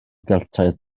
geltaidd